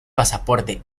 pasaporte